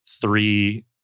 three